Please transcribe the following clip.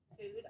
food